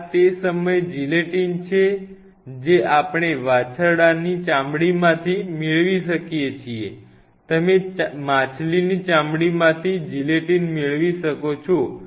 આ તે સમયે જિલેટીન છે જે આપણે વાછરડાની ચામડીમાંથી મેળવી શકીએ છીએ તમે માછલીની ચામડીમાંથી જીલેટીન મેળવી શકો છો